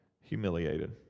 humiliated